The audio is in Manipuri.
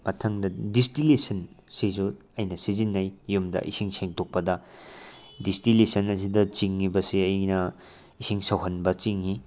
ꯃꯊꯪꯗ ꯗꯤꯁꯇꯤꯂꯦꯁꯟ ꯁꯤꯁꯨ ꯑꯩꯅ ꯁꯤꯖꯟꯅꯩ ꯌꯨꯝꯗ ꯏꯁꯤꯡ ꯁꯦꯡꯗꯣꯛꯄꯗ ꯗꯤꯁꯇꯤꯂꯦꯁꯟ ꯑꯁꯤꯗ ꯆꯤꯡꯏꯕꯁꯦ ꯑꯩꯅ ꯏꯁꯤꯡ ꯁꯧꯍꯟꯕ ꯆꯤꯡꯏ